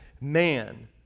man